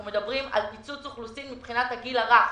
אנחנו מדברים על פיצוץ אוכלוסין מבחינת הגיל הרך